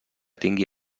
tingui